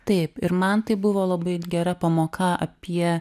taip ir man tai buvo labai gera pamoka apie